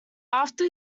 after